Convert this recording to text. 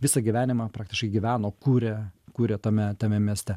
visą gyvenimą praktiškai gyveno kūrė kūrė tame tame mieste